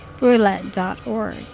roulette.org